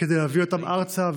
כדי להביא אותם ארצה.